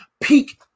peak